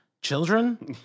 children